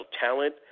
talent